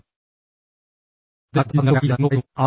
അതിനാൽ അത് ഇല്ലാതെ നിങ്ങൾക്ക് വരാൻ കഴിയില്ലെന്ന് നിങ്ങളോട് പറയുന്നു